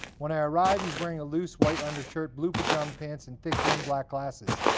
when i arrive, he's wearing a loose white undershirt, blue pajama pants, and thick-rimmed black glasses.